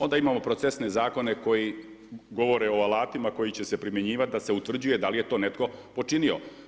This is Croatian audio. Onda imamo procesne zakone koji govore o alatima koji će se primjenjivati da se utvrđuje da li je to netko počinio.